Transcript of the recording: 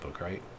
right